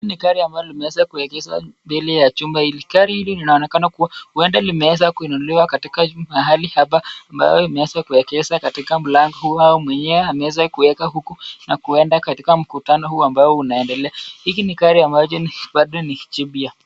Hili ni gari ambalo limeweza kuegeshwa mbele ya nyumba hii, gari hili linaonekana kuwa, huenda limeeza kununuliwa katika mahali hapa, ambayo imeweza luekezwa katika mlango hao, mwenyewe ameweza kuweka kwa mkutano huu ambao unaedelea, hii ni gari ambayo bado ni jipya.